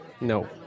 No